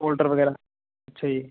folder ਵਗੈਰਾ ਅੱਛਾ ਜੀ